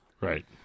right